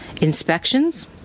inspections